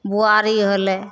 बुआरी होलै